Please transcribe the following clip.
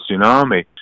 tsunami